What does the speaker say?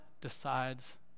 decides